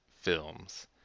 films